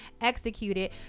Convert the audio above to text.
executed